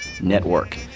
Network